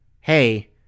hey